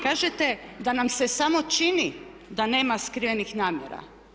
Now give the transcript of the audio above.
Kažete da nam se samo čini da nema skrivenih namjera.